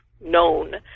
known